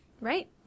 Right